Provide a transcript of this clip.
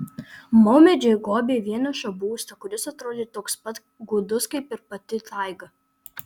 maumedžiai gobė vienišą būstą kuris atrodė toks pat gūdus kaip ir pati taiga